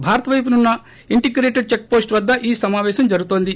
భారత్ వైపునున్న integrated checkpost వద్ద ఈ సమాపేశం జరుగుతోంది